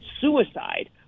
suicide